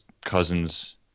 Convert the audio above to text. cousins